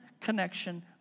connection